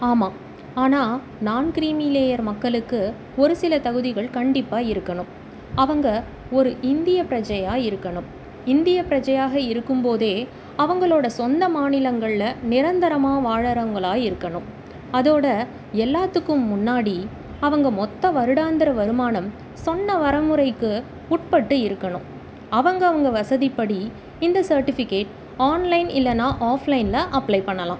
ஆமாம் ஆனால் நான் க்ரீமி லேயர் மக்களுக்கு ஒரு சில தகுதிகள் கண்டிப்பாக இருக்கணும் அவங்க ஒரு இந்திய ப்ரஜையாக இருக்கணும் இந்திய ப்ரஜையாக இருக்கும்போதே அவங்களோட சொந்த மாநிலங்களில் நிரந்தரமாக வாழுறவங்களா இருக்கணும் அதோட எல்லாத்துக்கும் முன்னாடி அவங்க மொத்த வருடாந்திர வருமானம் சொன்ன வரைமுறைக்கு உட்பட்டு இருக்கணும் அவங்கவங்க வசதிப்படி இந்த சர்டிஃபிக்கேட் ஆன்லைன் இல்லைன்னா ஆஃப்லைனில் அப்ளை பண்ணலாம்